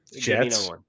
Jets